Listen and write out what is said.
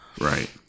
Right